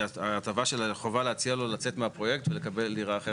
היא הטבה שחובה להציע לו לצאת מהפרויקט ולקבל דירה אחרת במקום אחר.